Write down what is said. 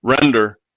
render